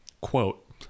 quote